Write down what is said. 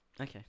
Okay